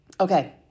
Okay